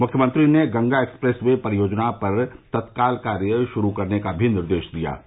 मुख्यमंत्री ने Ganga expressway परियोजना पर तत्काल कार्य शुरू करने का भी निर्देश दिया है